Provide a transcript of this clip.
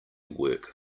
work